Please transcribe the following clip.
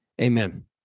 Amen